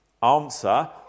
Answer